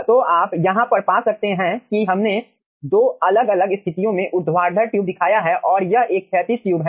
तो आप यहां पर पा सकते हैं कि हमने 2 अलग अलग स्थितियों में ऊर्ध्वाधर ट्यूब दिखाया है और यह एक क्षैतिज ट्यूब है